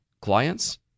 clients